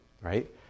right